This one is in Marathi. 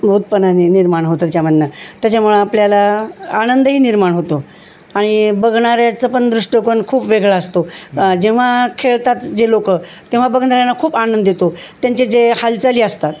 उतपणाने निर्माण होतं त्याच्यामधन त्याच्यामुळं आपल्याला आनंदही निर्माण होतो आणि बघणाऱ्याचा पण दृष्टिकोण खूप वेगळा असतो जेव्हा खेळतात जे लोकं तेव्हा बघणाऱ्यांना खूप आनंद देतो त्यांचे जे हालचाली असतात